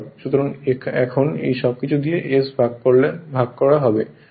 সুতরাং এখন এই সবকিছু s দিয়ে ভাগ হবে